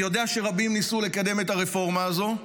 אני יודע שרבים ניסו לקדם את הרפורמה הזו.